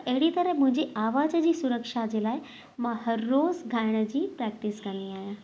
त अहिड़ी तरह मुंहिंजी आवाज़ जी सुरक्षा जे लाइ मां हर रोज़ गाइण जी प्रैक्टिस कंदी आहियां